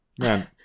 Man